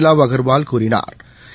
லாவ் அகர்வால் கூறினாா்